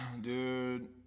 Dude